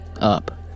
up